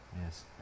yes